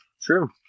True